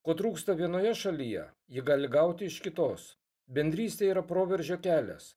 ko trūksta vienoje šalyje ji gali gauti iš kitos bendrystė yra proveržio kelias